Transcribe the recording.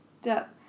step